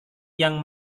yang